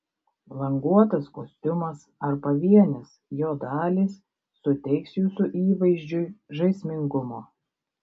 languotas kostiumas ar pavienės jo dalys suteiks jūsų įvaizdžiui žaismingumo